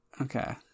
okay